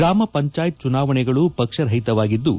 ಗ್ರಾಮ ಪಂಚಾಯತ್ ಚುನಾವಣೆಗಳು ಪಕ್ಷರಹಿತವಾಗಿದ್ದು